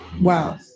wow